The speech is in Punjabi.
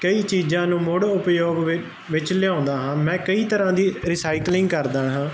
ਕਈ ਚੀਜ਼ਾਂ ਨੂੰ ਮੁੜ ਉਪਯੋਗ ਵਿੱਚ ਲਿਆਉਂਦਾ ਹਾਂ ਮੈਂ ਕਈ ਤਰ੍ਹਾਂ ਦੀ ਰਿਸਾਈਕਲਿੰਗ ਕਰਦਾ ਹਾਂ